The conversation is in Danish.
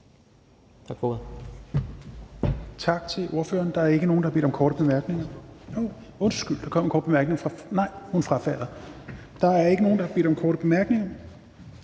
Tak for ordet.